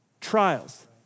trials